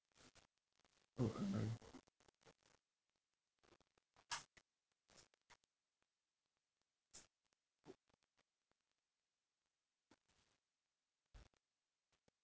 orh